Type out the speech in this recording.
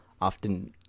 often